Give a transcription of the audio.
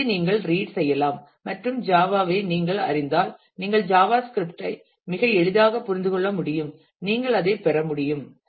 எனவே நீங்கள் ரீட் செய்யலாம் மற்றும் ஜாவாவை நீங்கள் அறிந்தால் நீங்கள் ஜாவா ஸ்கிரிப்டை மிக எளிதாக புரிந்து கொள்ள முடியும் நீங்கள் அதைப் பெற முடியும்